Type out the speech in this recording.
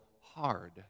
hard